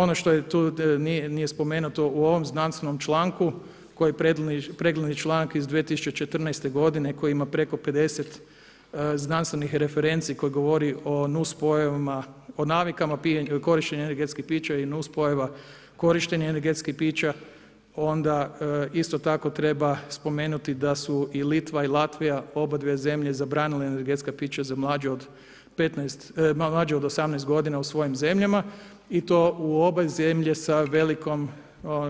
Ono što tu nije spomenuto u ovom znanstvenom članku koji je pregledni članak iz 2014. godine koji ima preko 50 znanstvenih referenci koja govori o nus-pojavama, o navikama korištenja energetskih pića i nus-pojava korištenja energetskih pića, onda isto tako treba spomenuti da su i Litva i Latvija, obadvije zemlje zabranile energetska pića za mlađe od 18 godina u svojim zemljama i to u obje zemlje sa velikom,